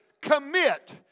commit